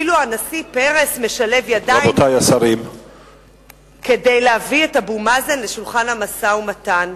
אפילו הנשיא פרס משלב ידיים כדי להביא את אבו מאזן לשולחן המשא-ומתן,